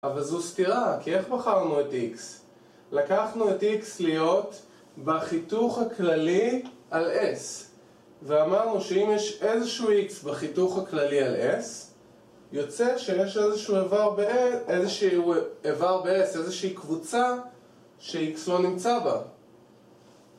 אבל זו סתירה כי איך בחרנו את x? לקחנו את x להיות בחיתוך הכללי על s ואמרנו שאם יש איזשהו x בחיתוך הכללי על s יוצא שיש איזשהו איבר ב-s, איזושהי קבוצה ש-x לא נמצא בה